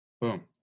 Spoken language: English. Boom